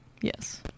yes